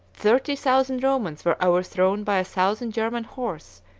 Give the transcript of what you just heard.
thirty thousand romans were overthrown by a thousand german horse,